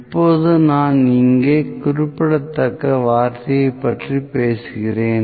இப்போது நான் இங்கே குறிப்பிடத்தக்க வார்த்தையைப் பற்றி பேசுகிறேன்